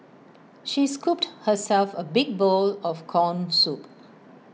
she scooped herself A big bowl of Corn Soup